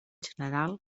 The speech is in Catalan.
general